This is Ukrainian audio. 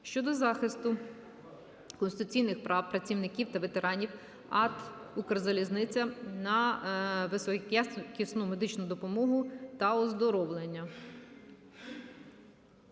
щодо захисту конституційних прав працівників та ветеранів АТ "Укрзалізниця" на високоякісну медичну допомогу та оздоровлення.